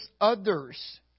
others